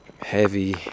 heavy